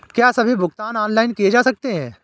क्या सभी भुगतान ऑनलाइन किए जा सकते हैं?